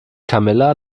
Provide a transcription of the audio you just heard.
camilla